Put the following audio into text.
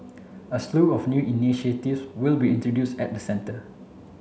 a slew of new initiatives will be introduced at the centre